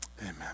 Amen